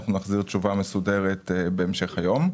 אנחנו נחזיר תשובה מסודרת בהמשך היום.